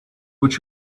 what